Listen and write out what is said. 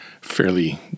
fairly